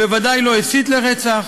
בוודאי לא הסית לרצח,